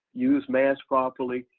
use mask properly,